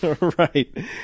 right